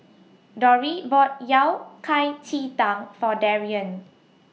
Dori bought Yao Cai Ji Tang For Darrien